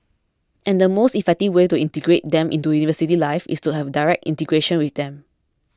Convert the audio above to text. and the most effective way to integrate them into university life is to have direct integration with them